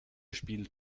spielt